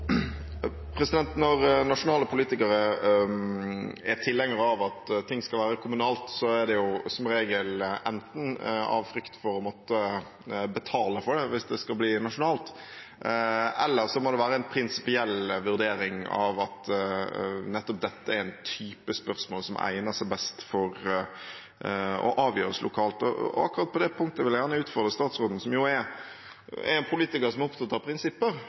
tilhengere av at noe skal være kommunalt, er det som regel enten av frykt for å måtte betale for det hvis det skal bli nasjonalt, eller så må det være en prinsipiell vurdering av at nettopp dette er en type spørsmål som egner seg best for å avgjøres lokalt. Akkurat på det punktet vil jeg gjerne utfordre statsråden, som jo er en politiker som er opptatt av